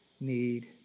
need